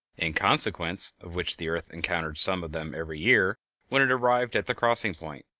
in consequence of which the earth encountered some of them every year when it arrived at the crossing-point.